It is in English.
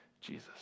Jesus